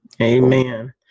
Amen